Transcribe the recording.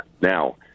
Now